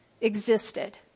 existed